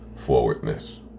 forwardness